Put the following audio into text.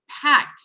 packed